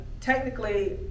technically